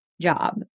job